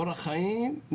אורח חיים,